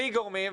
גורמים לי,